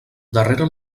darrere